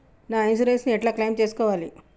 నా ఇన్సూరెన్స్ ని ఎట్ల క్లెయిమ్ చేస్కోవాలి?